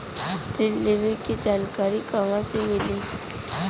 ऋण लेवे के जानकारी कहवा से मिली?